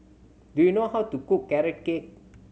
do you know how to cook Carrot Cake